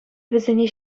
вӗсене